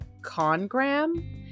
Congram